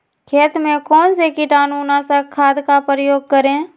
खेत में कौन से कीटाणु नाशक खाद का प्रयोग करें?